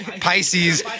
Pisces